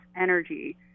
energy